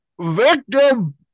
victim